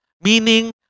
Meaning